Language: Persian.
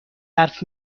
حرف